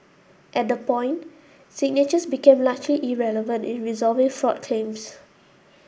at the point signatures became largely irrelevant in resolving fraud claims